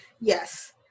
Yes